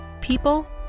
People